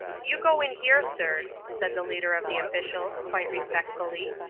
you go in here, sir, said the leader of the officials, quite respectfully,